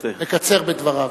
מקצר בדבריו.